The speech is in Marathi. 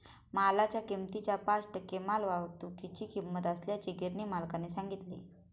मालाच्या किमतीच्या पाच टक्के मालवाहतुकीची किंमत असल्याचे गिरणी मालकाने सांगितले